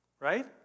right